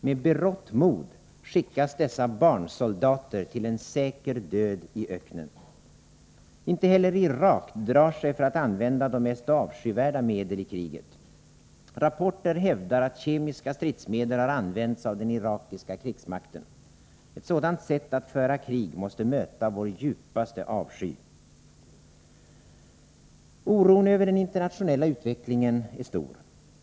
Med berått mod skickas dessa barnsoldater till en säker död i öknen. Inte heller Irak drar sig för att använda de mest avskyvärda medel i kriget. Rapporter hävdar att kemiska stridsmedel har använts av den irakiska krigsmakten. Ett sådant sätt att föra krig måste möta vår djupaste avsky. Oron över den internationella utvecklingen är stor.